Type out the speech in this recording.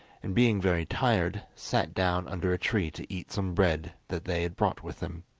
and being very tired, sat down under a tree to eat some bread that they had brought with them.